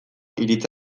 iritzi